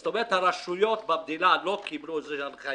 זאת אומרת, הרשויות במדינה לא קיבלו הנחיה